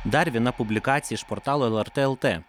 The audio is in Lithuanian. dar viena publikacija iš portalo lrt el t